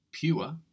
Pure